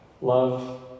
love